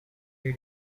did